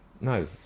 no